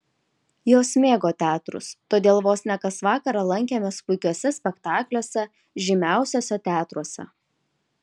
jos mėgo teatrus todėl vos ne kas vakarą lankėmės puikiuose spektakliuose žymiausiuose teatruose